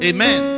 Amen